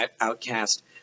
outcast